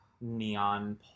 neon